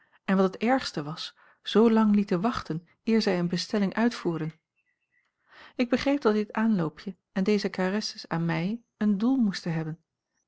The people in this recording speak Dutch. en wat het ergste was zoo lang lieten wachten eer zij eene bestelling uitvoerden ik begreep dat dit aanloopje en deze caresses aan mij een doel moesten hebben